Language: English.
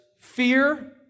fear